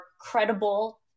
credible